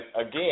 again